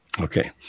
Okay